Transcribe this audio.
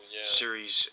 series